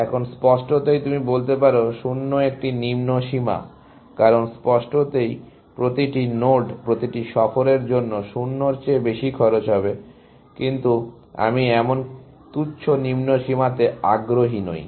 এখন স্পষ্টতই তুমি বলতে পারো 0 একটি নিম্ন সীমা কারণ স্পষ্টতই প্রতিটি নোড প্রতিটি সফরের জন্য 0 এর চেয়ে বেশি খরচ হবে কিন্তু আমি এমন তুচ্ছ নিম্ন সীমাতে আগ্রহী নই